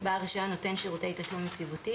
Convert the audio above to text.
""בעל רישיון נותן שירותי תשלום יציבותי"